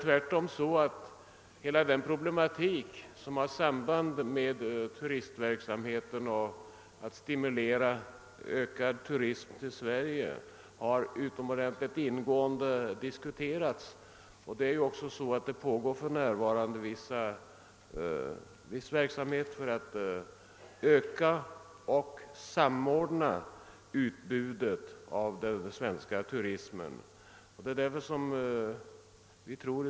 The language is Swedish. Tvärtom har hela den problematik som har samband med turistnäringen och verksamheten för att stimulera till ökad turism i Sverige utomordentligt ingående diskuterats. För närvarande pågår viss verksamhet för att öka och samordna utbudet från den svenska turismen.